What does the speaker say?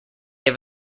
have